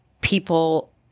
people